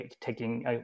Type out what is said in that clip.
taking